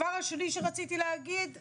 לפניי מונח החוק להשתלות איברים.